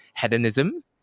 hedonism